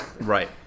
Right